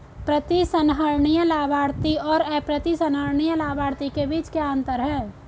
प्रतिसंहरणीय लाभार्थी और अप्रतिसंहरणीय लाभार्थी के बीच क्या अंतर है?